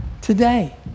today